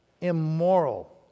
immoral